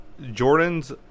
Jordan's